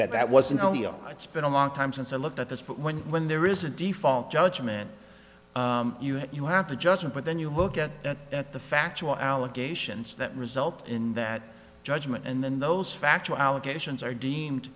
that that wasn't only oh it's been a long time since i looked at this but when when there is a default judgment you have you have a judgment but then you look at that at the factual allegations that result in that judgment and then those factual allegations are deemed